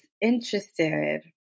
interested